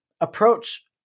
approach